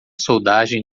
soldagem